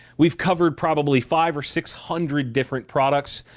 we've covered probably five or six hundred different products,